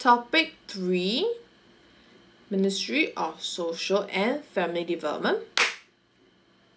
topic three ministry of social and family development